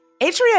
Atria